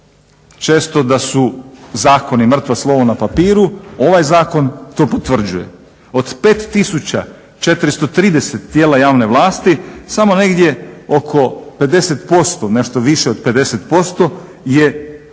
često da su zakoni mrtvo slovo na papiru, ovaj zakon to potvrđuje. Od 5430 tijela javne vlasti samo negdje oko 50%, nešto više od 50% je podnijelo